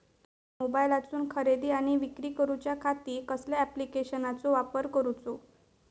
मोबाईलातसून खरेदी आणि विक्री करूच्या खाती कसल्या ॲप्लिकेशनाचो वापर करूचो?